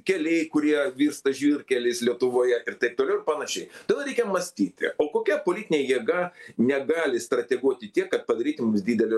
keliai kurie virsta žvyrkeliais lietuvoje ir taip toliau ir panašiai todėl reikia mąstyti o kokia politinė jėga negali strateguoti tiek kad padarytų mums didelį